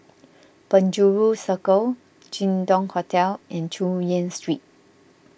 Penjuru Circle Jin Dong Hotel and Chu Yen Street